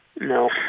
No